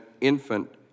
infant